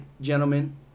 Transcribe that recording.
gentlemen